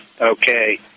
okay